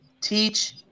teach